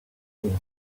course